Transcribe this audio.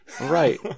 right